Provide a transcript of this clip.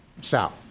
south